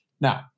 Now